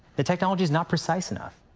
the technology's not precise enough.